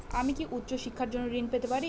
আমি কি উচ্চ শিক্ষার জন্য ঋণ পেতে পারি?